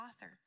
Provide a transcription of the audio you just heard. author